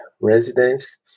residence